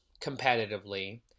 competitively